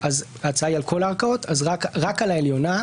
כשההצעה היא על כל הערכאות רק על העליונה,